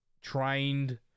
trained